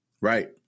Right